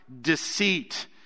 deceit